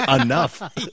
enough